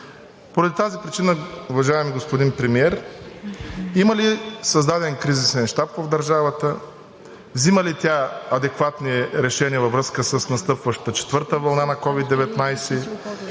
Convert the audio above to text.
Поради тази причина, уважаеми господин Премиер, има ли създаден кризисен щаб в държавата; взима ли тя адекватни решения във връзка с настъпващата четвърта вълна на COVID-19;